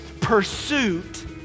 pursuit